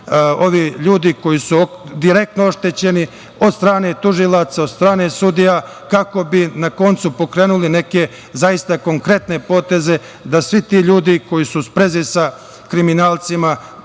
ovi ljudi koji su direktno oštećeni od strane tužilaca, od strane sudija, kako bi na koncu pokrenuli neke zaista konkretne poteze da svi ti ljudi koji su u sprezi sa kriminalcima